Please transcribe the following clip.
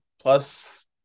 plus